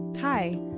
Hi